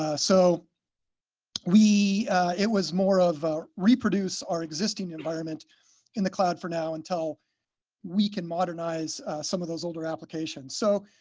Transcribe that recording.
ah so we it was more of a reproduce our existing environment in the cloud for now until we can modernize some of those older applications. so